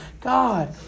God